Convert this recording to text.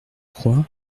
crois